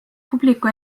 publiku